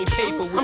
paper